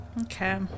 Okay